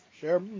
sure